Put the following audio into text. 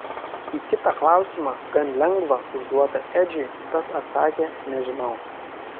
į kitą klausimą gan lengvą užduotą edžiui tas atsakė nežinau